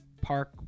park